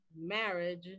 marriage